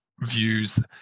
views